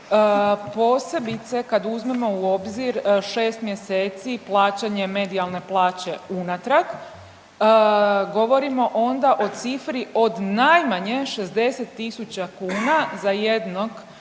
posebice kad uzmemo u obzir šest mjeseci plaćanje medijalne plaće unatrag, govorimo onda o cifri od najmanje 60.000 za jednog